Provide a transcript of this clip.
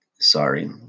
Sorry